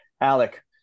Alec